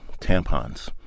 tampons